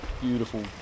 beautiful